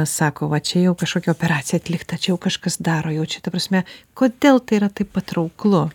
sako va čia jau kažkokia operacija atlikta čia jau kažkas daro jau čia ta prasme kodėl tai yra taip patrauklu